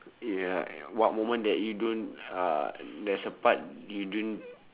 ya what moment that you don't uh there's a part you didn't